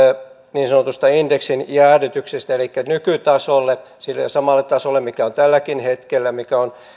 niin sanotusta indeksin jäädytyksestä nykytasolle sille samalle tasolle mikä on tälläkin hetkellä ja mikä on